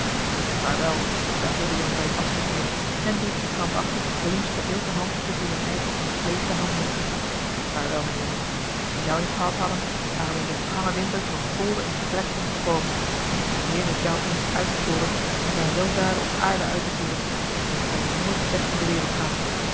vaarwel zei oldejan bij het afscheid nemen en drukte krampachtig willems vereelte hand tusschen zijne eigene ontvleesde handen vaarwel mijn jongen als we jou niet gehad hadden waren we in den vergangen winter van kolde en gebrek omgekomen de heer heeft jou eens uitverkoren om zijne weldaden op aarde uit te voeren en het kan je nooit slecht in de wereld gaan